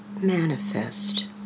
manifest